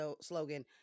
slogan